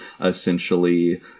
essentially